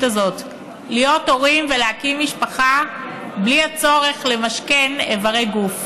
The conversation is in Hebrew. הזאת להיות הורים ולהקים משפחה בלי הצורך למשכן איברי גוף.